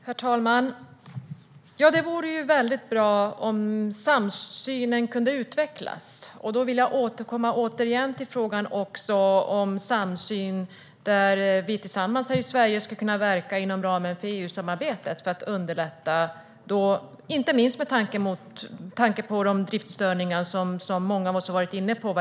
Herr talman! Det vore väldigt bra om samsynen kunde utvecklas. Jag vill återkomma till frågan om samsyn där vi i Sverige skulle kunna verka inom ramen för EU-samarbetet för att underlätta. Det gäller inte minst de driftsstörningar inom ERTMS som många av oss har varit inne på.